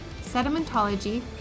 Sedimentology